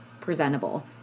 presentable